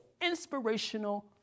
Inspirational